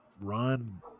run